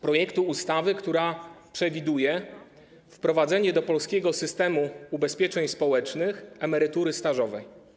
Projekt ustawy przewiduje wprowadzenie do polskiego systemu ubezpieczeń społecznych emerytury stażowej.